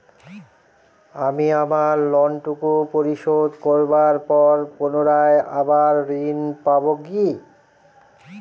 আমি আমার লোন টুকু পরিশোধ করবার পর পুনরায় আবার ঋণ পাবো কি?